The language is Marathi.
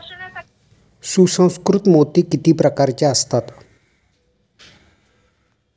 सुसंस्कृत मोती किती प्रकारचे असतात?